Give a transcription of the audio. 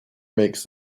makes